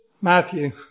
Matthew